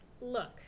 Look